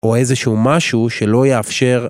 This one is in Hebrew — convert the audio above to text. או איזשהו משהו שלא יאפשר.